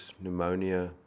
pneumonia